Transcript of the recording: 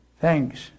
thanks